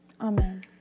Amen